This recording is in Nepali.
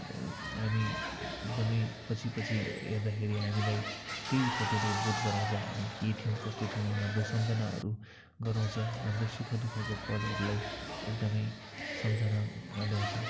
हामी एकदमै पछि पछि हेर्दाखेरि हामीलाई त्यही फोटोले बोध गराउँछ हामी के थियौँ कस्तो थियौँ हाम्रो सम्झनाहरू गराउँछ हाम्रो सुख दुखःको पलहरूलाई एकदमै सम्झनामा ल्याउँछ